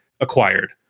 acquired